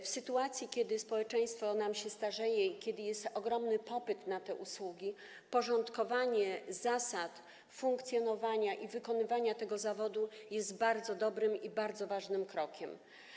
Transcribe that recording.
W sytuacji kiedy społeczeństwo się starzeje i kiedy jest ogromny popyt na te usługi, porządkowanie zasad funkcjonowania i wykonywania tego zawodu jest bardzo dobrym i bardzo ważnym krokiem.